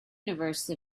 universe